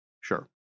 Sure